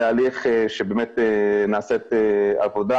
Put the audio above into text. זה הליך שבאמת נעשית עבודה,